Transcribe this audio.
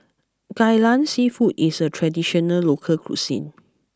Kai Lan seafood is a traditional local cuisine